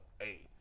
hey